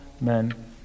men